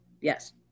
yes